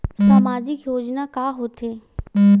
सामाजिक योजना का होथे?